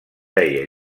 deia